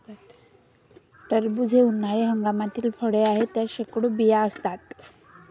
टरबूज हे उन्हाळी हंगामातील फळ आहे, त्यात शेकडो बिया असतात